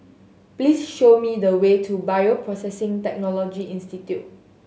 please show me the way to Bioprocessing Technology Institute